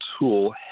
tool